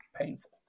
painful